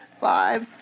five